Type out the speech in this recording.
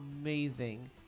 amazing